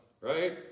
right